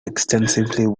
extensively